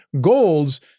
goals